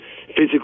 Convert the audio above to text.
physically